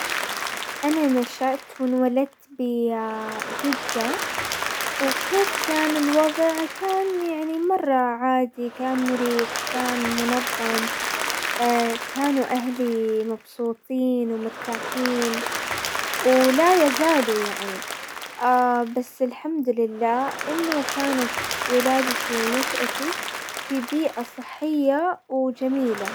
انا نشأت وانولدت بجدة، وكيف كان الوضع؟ كان يعني مرة عادي، كان مريح، كان منظم، كانوا اهلي مبسوطين ومرتاحين، ولا زالوا يعني بس الحمد لله انه كانت ولادتي ونشأتي في بيئة صحية وجميلة.